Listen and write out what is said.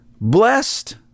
blessed